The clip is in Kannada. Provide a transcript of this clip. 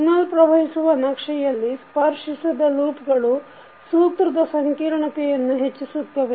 ಸಿಗ್ನಲ್ ಪ್ರವಹಿಸುವ ನಕ್ಷೆಯಲ್ಲಿ ಸ್ಪರ್ಶಿಸದ ಲೂಪ್ಗಳು ಸೂತ್ರದ ಸಂಕೀರ್ಣತೆಯನ್ನು ಹೆಚ್ಚಿಸುತ್ತವೆ